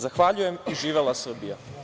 Zahvaljujem i živela Srbija.